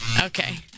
Okay